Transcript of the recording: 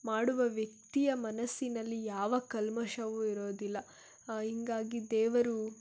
ಮಾಡುವ ವ್ಯಕ್ತಿಯ ಮನಸ್ಸಿನಲ್ಲಿ ಯಾವ ಕಲ್ಮಶವು ಇರೋದಿಲ್ಲ ಹೀಗಾಗಿ ದೇವರು